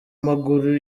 maguru